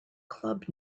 club